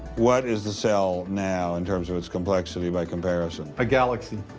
what is the cell now in terms of its complexity by comparison? a galaxy.